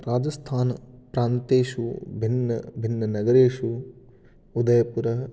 राजस्थान् प्रान्तेषु भिन्नभिन्ननगरेषु उदयपुरः